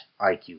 IQ